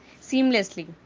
seamlessly